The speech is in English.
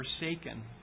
forsaken